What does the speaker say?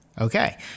okay